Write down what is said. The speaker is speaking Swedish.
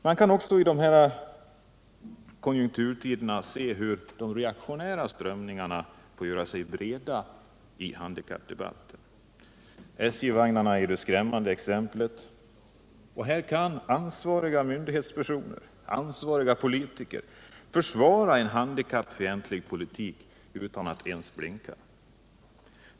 Man kan också under sådana här konjunkturer se hur de reaktionära strömningarna får göra sig breda i handikappdebatten. SJ-vagnarna är ett skrämmande exempel. Här kan ansvariga myndighetspersoner, ansvariga politiker, försvara en handikappfientlig politik utan att blinka.